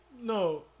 No